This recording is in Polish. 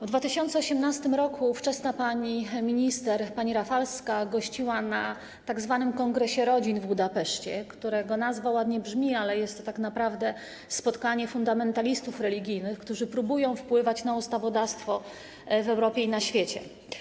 W 2018 r. ówczesna pani minister, pani Rafalska gościła na tzw. kongresie rodzin w Budapeszcie, którego nazwa ładnie brzmi, ale jest to tak naprawdę spotkanie fundamentalistów religijnych, którzy próbują wpływać na ustawodawstwo w Europie i na świecie.